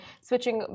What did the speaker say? switching